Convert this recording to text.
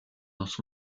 dans